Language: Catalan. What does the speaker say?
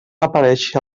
aparèixer